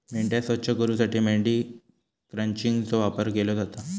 मेंढ्या स्वच्छ करूसाठी मेंढी क्रचिंगचो वापर केलो जाता